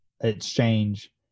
exchange